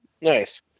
Nice